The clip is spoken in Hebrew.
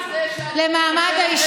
הוועדה למעמד האישה,